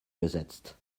gesetzt